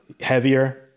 heavier